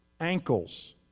ankles